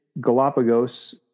galapagos